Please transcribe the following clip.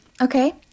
okay